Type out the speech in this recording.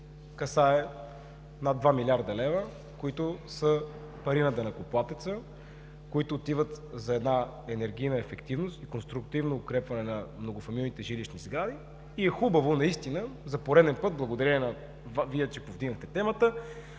касае над 2 млрд. лв., които са пари на данъкоплатеца, които отиват за една енергийна ефективност и конструктивно укрепване на многофамилните жилищни сгради и е хубаво наистина – за пореден път благодаря, че повдигнахте темата,